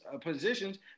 positions